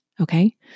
okay